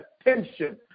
attention